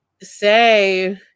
say